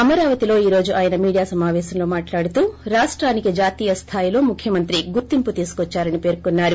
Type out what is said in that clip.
అమరావతిలో ఈ రోజు ఆయన మీడేయా సమాపేశంలో మాట్లాడుతూ రాష్టానికి జాతీయస్థాయిలో ముఖ్యమంత్రి గుర్తింపు తీసుకోద్చారని పేర్కొన్నారు